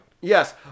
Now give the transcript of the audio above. Yes